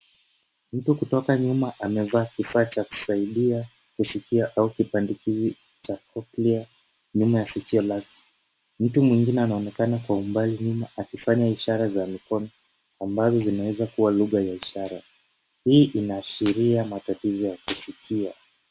Mtu kutoka nyuma amevaa kifaa cha kusaidia kusikia au kibandikizi cha cochlear nyuma ya sikio lake .Mtu mwingine anaonekana kwa umbali nyuma akifanya ishara za mikono ambazo zinaweza kuwa lugha ya ishara .Hii inaashiria matatizo ya kusikia.